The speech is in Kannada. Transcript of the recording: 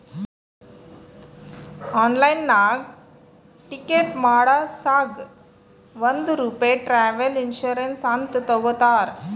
ಆನ್ಲೈನ್ನಾಗ್ ಟಿಕೆಟ್ ಮಾಡಸಾಗ್ ಒಂದ್ ರೂಪೆ ಟ್ರಾವೆಲ್ ಇನ್ಸೂರೆನ್ಸ್ ಅಂತ್ ತಗೊತಾರ್